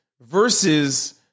versus